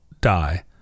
die